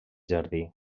jardí